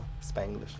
Spanglish